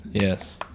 Yes